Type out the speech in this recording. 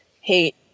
hate